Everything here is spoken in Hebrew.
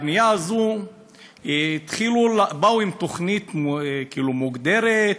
בבנייה הזו באו עם תוכנית כאילו מוגדרת,